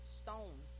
stone